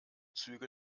züge